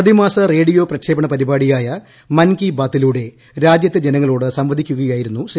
പ്രതിമാസ റേഡിയോ പ്രക്ഷേപണൂ പ്പൂർപാടിയായ മൻകി ബാതിലൂടെ രാജ്യത്തെ ജനങ്ങളോട് സംവദിക്കുക്ക്യായിരുന്നു ശ്രീ